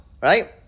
right